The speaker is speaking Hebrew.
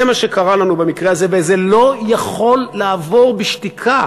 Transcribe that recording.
זה מה שקרה לנו במקרה הזה וזה לא יכול לעבור בשתיקה,